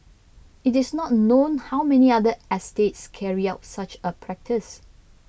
it is not known how many other estates carried out such a practice